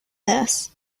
this